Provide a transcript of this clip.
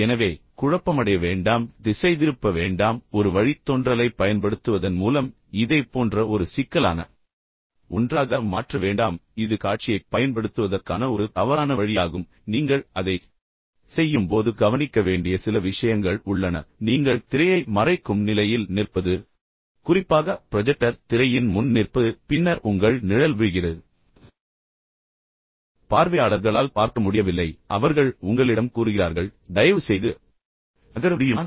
எனவே குழப்பமடைய வேண்டாம் திசைதிருப்ப வேண்டாம் ஒரு வழித்தோன்றலைப் பயன்படுத்துவதன் மூலம் இதைப் போன்ற ஒரு சிக்கலான ஒன்றாக மாற்ற வேண்டாம் இது காட்சியைப் பயன்படுத்துவதற்கான ஒரு தவறான வழியாகும் நீங்கள் அதைச் செய்யும்போது ஒரு நீங்கள் கவனிக்க வேண்டிய சில விஷயங்கள் உள்ளன நீங்கள் திரையை மறைக்கும் நிலையில் நிற்பது குறிப்பாக ப்ரொஜெக்டர் மற்றும் திரையின் முன் நிற் பது பின்னர் உங்கள் நிழல் விழு கிறது பார்வையாளர்களால் பார்க்க முடியவில்லை பின்னர் அவர்கள் உங்களிடம் கூறுகிறார்கள் தயவுசெய்து நீங்கள் நகர முடியுமா